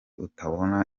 utabona